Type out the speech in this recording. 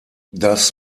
das